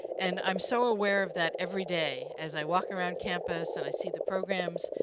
and i'm so aware of that every day as i walk around campus and i see the programs,